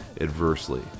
adversely